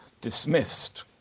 dismissed